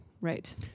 Right